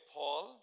Paul